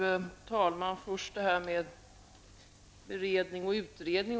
Fru talman! Först till frågan om beredning eller utredning.